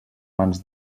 mans